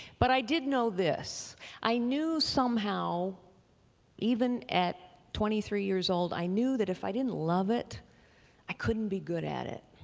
but i did know this i knew somehow even at twenty three years old, i knew that if i didn't love it i couldn't be good at it.